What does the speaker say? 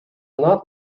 not